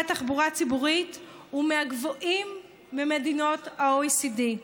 לתחבורה ציבורית הוא מהגבוהים במדינות ה-OECD.